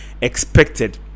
expected